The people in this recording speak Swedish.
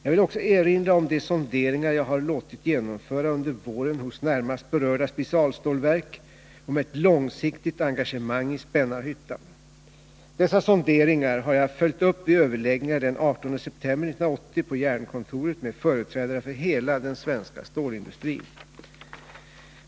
Jag vill också erinra om de sonderingar jag har låtit genomföra under våren hos närmast berörda specialstålsverk om ett långsiktigt engagemang i Spännarhyttan. Dessa sonderingar har jag följt upp vid överläggningar den 18 september 1980 på Jernkontoret med företrädare för hela den svenska stålindustrin.